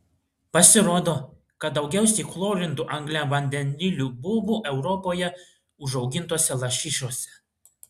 pasirodo kad daugiausiai chlorintų angliavandenilių buvo europoje užaugintose lašišose